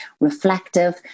reflective